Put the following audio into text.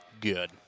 good